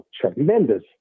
tremendous